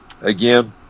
Again